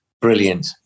brilliant